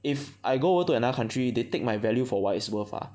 if I go over to another country they take my value for what it's worth ah